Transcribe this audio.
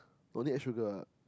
don't need add sugar ah